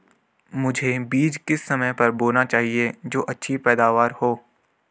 मुझे बीज किस समय पर बोना चाहिए जो अच्छी पैदावार हो?